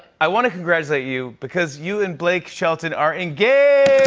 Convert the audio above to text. i want to congratulate you because you and blake shelton are engaged!